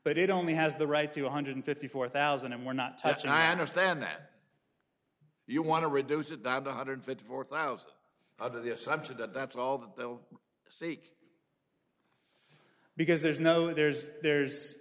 but it only has the right to one hundred fifty four thousand and we're not touching i understand that you want to reduce it by one hundred fifty four thousand other the assumption that that's all the bill seek because there's no there's there's